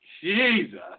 Jesus